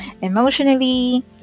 emotionally